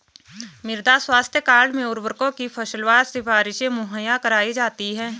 मृदा स्वास्थ्य कार्ड में उर्वरकों की फसलवार सिफारिशें मुहैया कराई जाती है